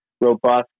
robust